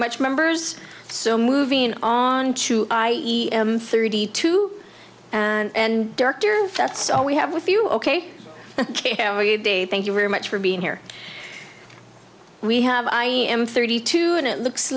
much members so moving on to i thirty two and dr that's all we have with you ok ok thank you very much for being here we have i am thirty two and it looks